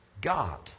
God